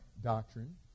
doctrine